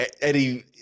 eddie